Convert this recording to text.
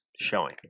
showing